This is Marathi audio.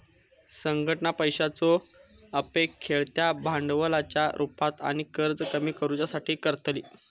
संघटना पैशाचो उपेग खेळत्या भांडवलाच्या रुपात आणि कर्ज कमी करुच्यासाठी करतली